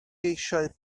eisiau